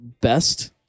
best